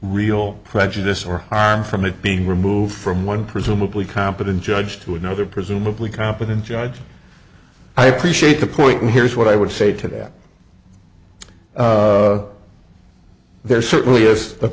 real prejudice or harm from it being removed from one presumably competent judge to another presumably competent judge i appreciate the point and here's what i would say to that there certainly is